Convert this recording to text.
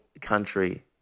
country